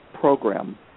program